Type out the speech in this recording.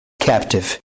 captive